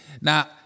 Now